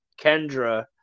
Kendra